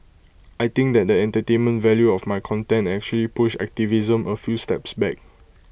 I think that the entertainment value of my content actually pushed activism A few steps back